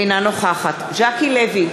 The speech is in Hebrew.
אינה נוכחת ז'קי לוי,